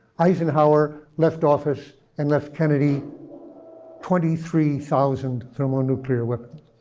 eisenhower left office and left kennedy twenty three thousand thermonuclear weapons,